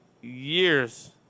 years